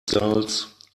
gulls